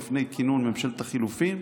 לפני כינון ממשלת החילופים,